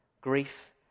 Grief